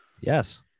yes